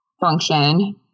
function